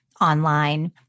online